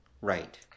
Right